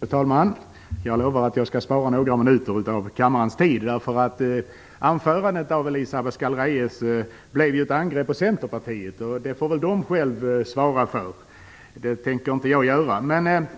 Fru talman! Jag lovar att jag skall spara några minuter av kammarens tid. Anförandet av Elisa Abascal Reyes blev ju ett angrepp på Centerpartiet och det får de själva svara på. Det tänker inte jag göra.